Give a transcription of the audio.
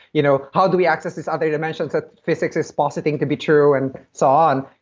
you know how do we access these other dimensions that physics is positing to be true and so on?